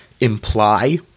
imply